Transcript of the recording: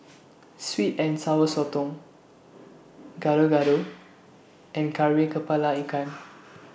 Sweet and Sour Sotong Gado Gado and Kari Kepala Ikan